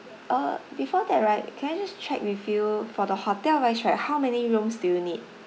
uh before that right can I just check with you for the hotel wise right how many rooms do you need